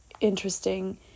interesting